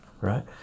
right